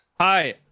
hi